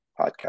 Podcast